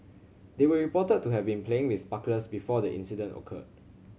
they were reported to have been playing with sparklers before the incident occurred